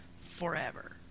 forever